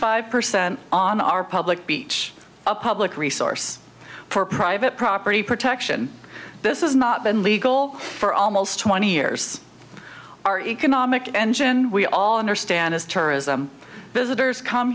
five percent on our public beach a public resource for private property protection this is not been legal for almost twenty years our economic engine we all understand as tourism visitors come